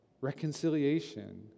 reconciliation